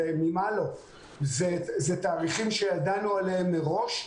זה תאריכים שהודענו עליהם מראש,